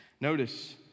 Notice